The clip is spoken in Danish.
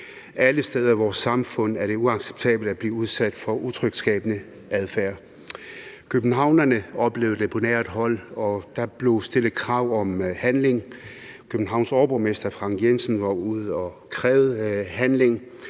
Alle steder i vores samfund er det uacceptabelt at blive udsat for utryghedsskabende adfærd. Københavnerne oplevede det på nært hold, og der blev stillet krav om handling. Københavns overborgmester, Frank Jensen, var ude at kræve handling,